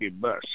bus